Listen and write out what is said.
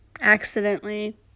accidentally